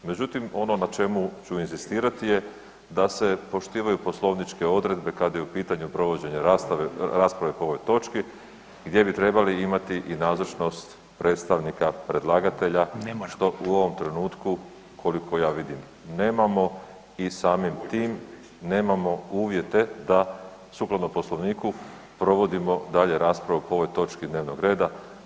Međutim, ono na čemu ću inzistirati da se poštivaju poslovničke odredbe kad je u pitanju provođenje rasprave po ovoj točki gdje bi trebali imati i nazočnost predstavnika predlagatelja dok u ovom trenutku, koliko ja vidim, nemamo i samim tim nemamo uvjete da sukladno Poslovniku provodimo dalje raspravu po ovoj točki dnevnog reda.